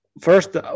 first